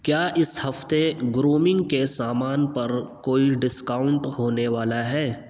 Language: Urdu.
کیا اس ہفتے گرومنگ کے سامان پر کوئی ڈسکاؤنٹ ہونے والا ہے